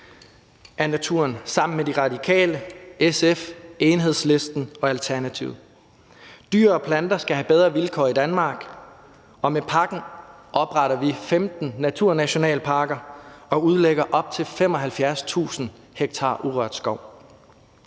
afsatte 888 mio. kr. til et løft af naturen. Dyr og planter skal have bedre vilkår i Danmark, og med pakken opretter vi 15 naturnationalparker og udlægger op til 75.000 ha urørt skov.